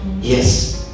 Yes